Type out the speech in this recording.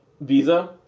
visa